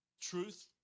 truth